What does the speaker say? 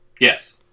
Yes